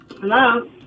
Hello